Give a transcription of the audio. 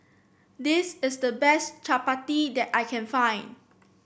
this is the best chappati that I can find